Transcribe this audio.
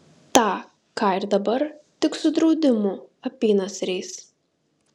tą ką ir dabar tik su draudimų apynasriais